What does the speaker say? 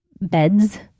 beds